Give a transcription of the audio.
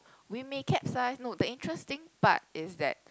we may capsize no the interesting part is that